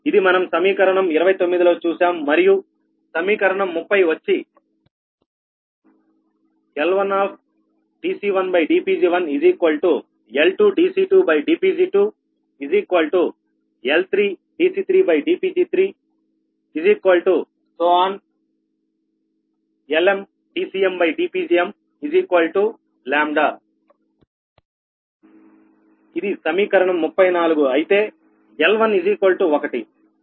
ఇది మనం సమీకరణం 29 లో చూశాం మరియు సమీకరణం 30 వచ్చి L1dC1dPg1L2dC2dPg2L3dC3dPg3LmdCmdPgmλ ఇది సమీకరణ 34 అయితే L11